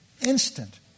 instant